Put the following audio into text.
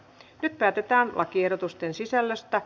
nyt päätetään lakiehdotusten sisällöstä